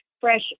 fresh